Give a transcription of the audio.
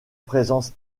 présence